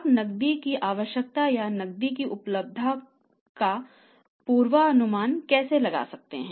आप नकदी की आवश्यकता या नकदी की उपलब्धता का पूर्वानुमान कैसे लगा सकते हैं